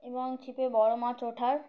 এবং ছিপে বড় মাছ ওঠার